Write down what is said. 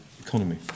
economy